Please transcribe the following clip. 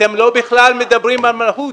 אתם בכלל לא מדברים על מהות.